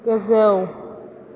गोजौ